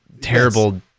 terrible